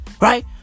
right